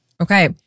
Okay